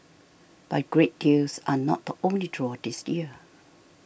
but great deals are not the only draw this year